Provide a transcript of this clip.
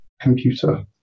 computer